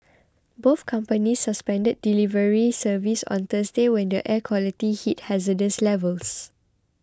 both companies suspended delivery service on Thursday when the air quality hit hazardous levels